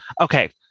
Okay